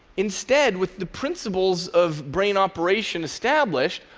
instead, with the principles of brain operation established,